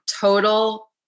total